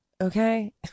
okay